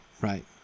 right